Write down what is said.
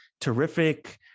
terrific